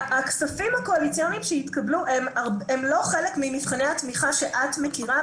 הכספים הקואליציוניים שהתקבלו הם לא חלק ממבחני התמיכה שאת מכירה,